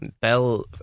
Bell